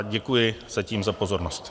Děkuji zatím za pozornost.